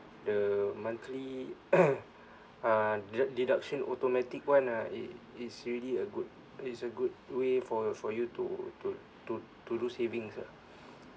the monthly uh deduc~ deduction automatic one ah it it's really a good it's a good way for you for you to to to to do savings ah